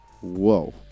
whoa